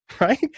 right